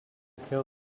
kill